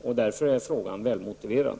Därför är frågan väl motiverad.